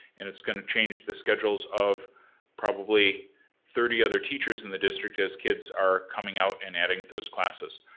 and it's going to change the schedules of probably thirty other teachers in the district as kids are coming out and adding those classes.